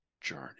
journey